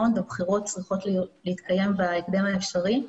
מונד הבחירות צריכות להתקיים בהקדם האפשרי.